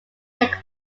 take